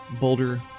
Boulder